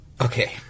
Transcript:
okay